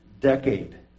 decade